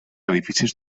edificis